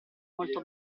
molto